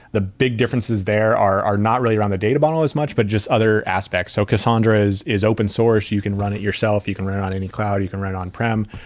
the big differences there are are not really around the data model as much, but just other aspects. so cassandra is is open source. you can run it yourself. you can run it on any cloud. you can run it on-prem.